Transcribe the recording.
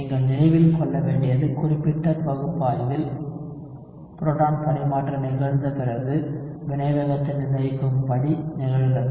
நீங்கள் நினைவில் கொள்ள வேண்டியது குறிப்பிட்ட பகுப்பாய்வில் புரோட்டான் பரிமாற்றம் நிகழ்ந்த பிறகு வினைவேகத்தை நிர்ணயிக்கும் படி நிகழ்கிறது